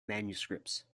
manuscripts